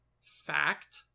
fact